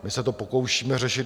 My se to pokoušíme řešit.